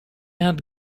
had